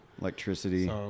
Electricity